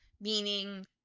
meaning –